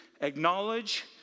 Acknowledge